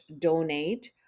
donate